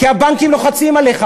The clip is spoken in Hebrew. כי הבנקים לוחצים עליך,